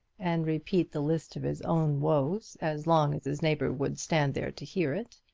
and repeat the list of his own woes as long as his neighbour would stand there to hear it.